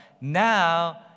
now